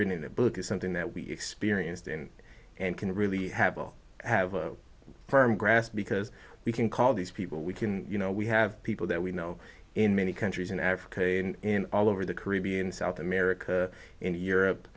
a book or something that we experienced in and can really have will have a firm grasp because we can call these people we can you know we have people that we know in many countries in africa in all over the caribbean south america and europe